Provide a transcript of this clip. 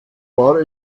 war